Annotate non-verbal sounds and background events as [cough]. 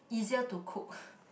easier to cook [breath]